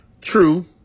True